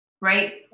Right